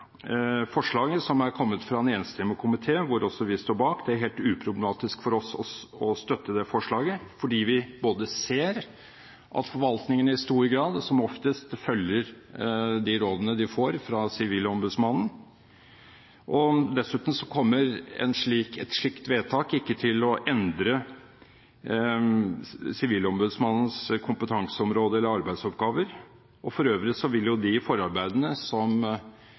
forslaget som er kommet fra en enstemmig komité hvor også vi står bak, at det er helt uproblematisk for oss å støtte det forslaget, fordi vi ser at forvaltningen i stor grad som oftest følger de rådene de får fra Sivilombudsmannen. Dessuten kommer et slikt vedtak ikke til å endre Sivilombudsmannens kompetanseområde eller arbeidsoppgaver. For øvrig vil jo forarbeidene som